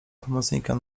pomocnikiem